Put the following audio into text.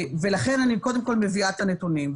לכן, אני קודם כול מביאה את הנתונים.